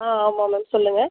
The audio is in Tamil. ஆ ஆமாம் மேம் சொல்லுங்கள்